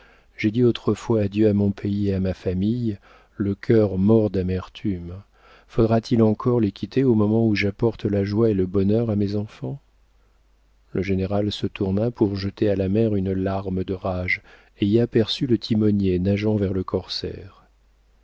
j'ai dit autrefois adieu à mon pays et à ma famille le cœur mort d'amertume faudra-t-il encore les quitter au moment où j'apporte la joie et le bonheur à mes enfants le général se tourna pour jeter à la mer une larme de rage et y aperçut le timonier nageant vers le corsaire